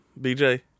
BJ